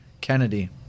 Kennedy